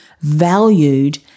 valued